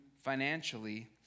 financially